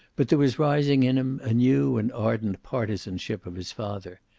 but there was rising in him a new and ardent partisanship of his father,